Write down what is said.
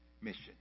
mission